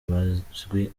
bazwi